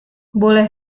boleh